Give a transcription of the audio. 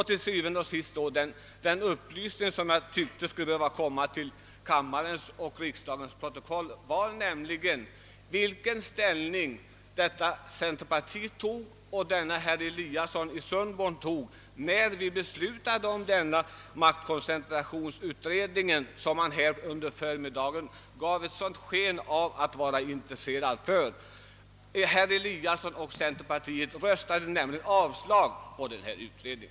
Til syvende og sidst: Den upplysning som jag ansåg borde komma in i kammarens protokoll var att när riksdagen beslöt tillsätta en utredning beträffande maktkoncentrationen — vilken herr Eliasson i Sundborn under förmiddagen gav sken av att han var intresserad av — röstade herr Eliasson och centerpartiet för avslag.